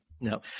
No